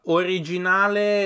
originale